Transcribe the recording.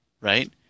right